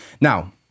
Now